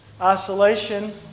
isolation